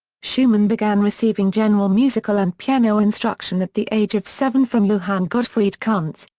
schumann began receiving general musical and piano instruction at the age of seven from johann gottfried kuntzsch,